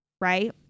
right